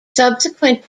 subsequent